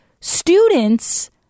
students